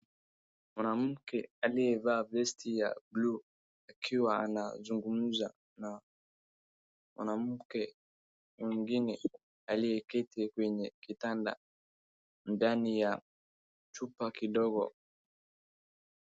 Mwanamke aliyevaa vesti ya buluu akiwa anazungumza na mwanamke mwingine aliyeketi kwenye kitanda ndani ya chumba kidogo.